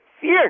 fear